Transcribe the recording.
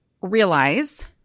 realize